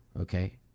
okay